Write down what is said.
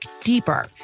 deeper